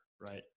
right